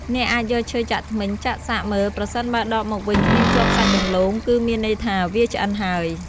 អ្នកអាចយកឈើចាក់ធ្មេញចាក់សាកមើល ប្រសិនបើដកមកវិញគ្មានជាប់សាច់ដំឡូង គឺមានន័យថាវាឆ្អិនហើយ។